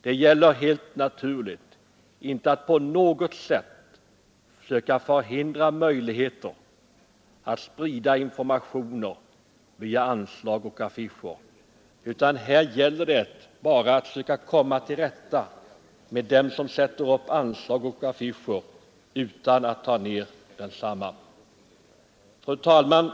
Det gäller helt naturligt inte att på något sätt söka förhindra möjligheterna att sprida informationer via anslag och affischer, utan här gäller det bara att söka komma till rätta med dem som sätter upp anslag och affischer utan att ta ned desamma.